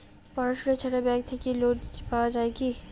পড়াশুনা ছাড়া ব্যাংক থাকি লোন নেওয়া যায় কি?